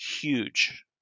huge